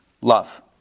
love